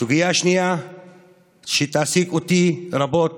סוגיה שנייה שתעסיק אותי רבות